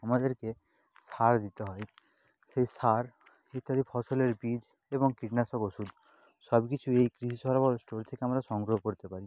আমাদেরকে সার দিতে হয় সেই সার ইত্যাদি ফসলের বীজ এবং কীটনাশক ওষুধ সবকিছুই এই কৃষি সরবরাহ স্টোর থেকে আমরা সংগ্রহ করতে পারি